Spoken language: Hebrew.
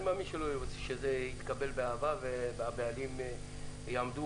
אני מאמין שזה יתקבל באהבה והבעלים יעמדו